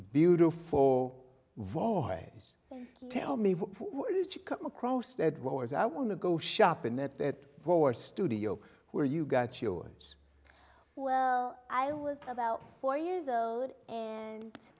beautiful voice tell me what you come across that was i want to go shop in that war studio where you got yours well i was about four years old and